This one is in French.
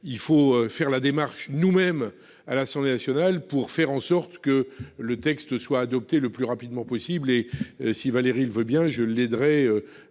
devons faire la démarche nous-mêmes à l'Assemblée nationale, pour faire en sorte que le texte soit adopté le plus rapidement possible. Si Valérie Létard y consent, je l'aiderai